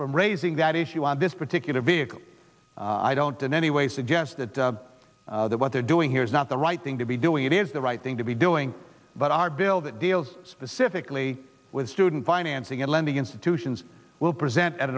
from raising that issue on this particular vehicle i don't in any way suggest that what they're doing here is not the right thing to be doing it is the right thing to be doing but our bill that deals specifically with student financing and lending institutions will present at